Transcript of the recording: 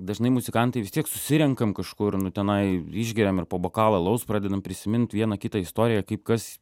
dažnai muzikantai vis tiek susirenkam kažkur nu tenai išgeriam ir po bokalą alaus pradedam prisimint vieną kitą istoriją kaip kas